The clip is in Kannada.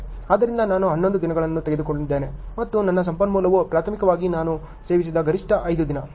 ಆದ್ದರಿಂದ ನಾನು 11 ದಿನಗಳನ್ನು ತೆಗೆದುಕೊಂಡಿದ್ದೇನೆ ಮತ್ತು ನನ್ನ ಸಂಪನ್ಮೂಲವು ಪ್ರಾಥಮಿಕವಾಗಿ ನಾನು ಸೇವಿಸಿದ ಗರಿಷ್ಠ 5 ದಿನ